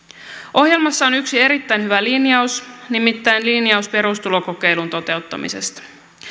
ohjelmassa on yksi erittäin hyvä linjaus nimittäin linjaus perustulokokeilun toteuttamisesta